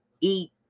eat